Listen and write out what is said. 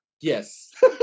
Yes